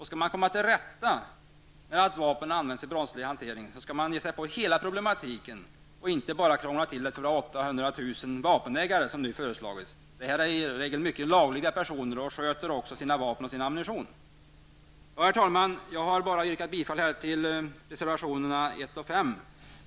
Skall man komma till rätta med att vapen används vid brottslig hantering skall man ge sig på hela problematiken, inte bara krångla till det för våra 800 000 vapenägare, som nu har föreslagits. Det gäller i regel laglydiga personer som sköter sina vapen och sin ammunition. Herr talman! Jag har bara yrkat bifall till reservationerna 1 och 5.